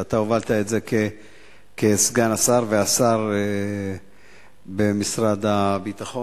אתה הובלת את זה כסגן השר והשר במשרד הביטחון.